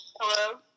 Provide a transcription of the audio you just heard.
Hello